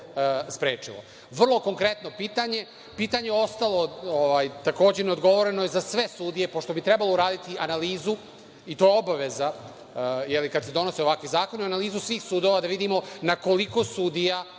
konkretno pitanje koje je ostalo takođe ne odgovoreno je za sve sudije, pošto bi trebalo uraditi analizu, i to obaveza kad se donose ovakvi zakoni, analizu svih sudova, da vidimo na koliko sudija